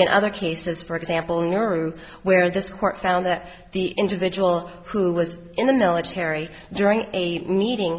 in other cases for example nurse who where this court found that the individual who was in the military during a meeting